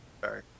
Sorry